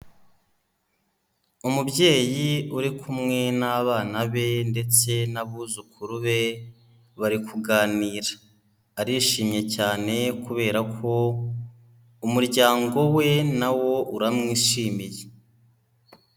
Umubyeyi uri kumwe n'abana be ndetse n'abuzukuru be bari kuganira, arishimye cyane kubera ko umuryango we nawo uramwishimiye.